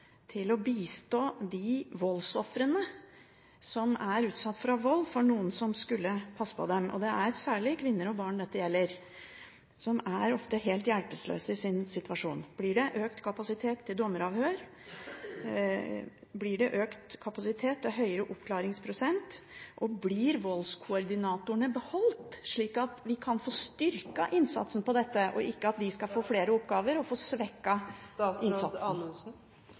til å bistå de voldsofrene som er utsatt for vold fra noen som skulle passe på dem? Det er særlig kvinner og barn dette gjelder, som ofte er helt hjelpeløse i sin situasjon. Blir det økt kapasitet til dommeravhør? Blir det økt kapasitet til høyere oppklaringsprosent? Og blir voldskoordinatorene beholdt, slik at vi kan få styrket innsatsen på dette området, og ikke at de skal få flere oppgaver,